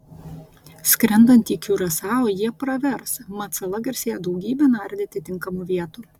skrendant į kiurasao jie pravers mat sala garsėja daugybe nardyti tinkamų vietų